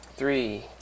Three